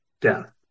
death